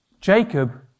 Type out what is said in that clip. Jacob